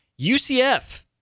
UCF